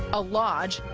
a lodge,